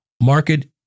Market